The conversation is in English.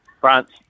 France